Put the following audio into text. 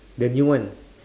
the new one